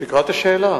תקרא את השאלה.